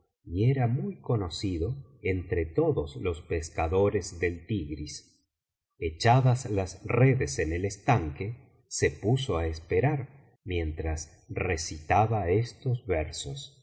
y era muy conocido entre todos los pescadores del tigris echadas las redes en el estanque sé puso á esperar mientras recitaba estos versos